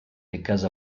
because